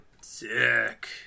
Sick